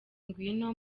ngwino